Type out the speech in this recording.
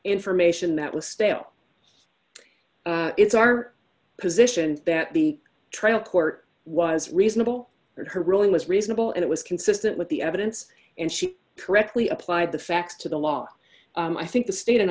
information that was stale it's our position that the trial court was reasonable and her ruling was reasonable and it was consistent with the evidence and she correctly applied the facts to the law i think the state and